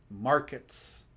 markets